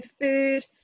food